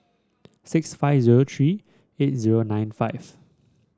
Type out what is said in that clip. six five zero three eight zero nine five